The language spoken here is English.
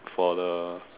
for the